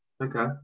Okay